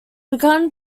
began